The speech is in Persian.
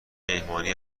مهمانی